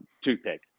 toothpick